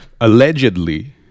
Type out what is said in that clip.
Allegedly